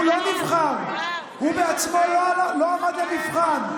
הוא לא נבחר, הוא בעצמו לא עמד למבחן.